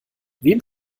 wem